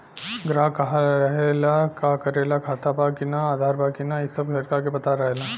ग्राहक कहा रहेला, का करेला, खाता बा कि ना, आधार बा कि ना इ सब सरकार के पता रहेला